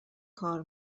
کار